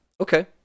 okay